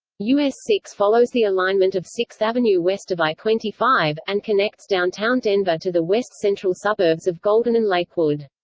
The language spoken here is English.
us six follows the alignment of sixth avenue west of i twenty five, and connects downtown denver to the west-central suburbs of golden and lakewood.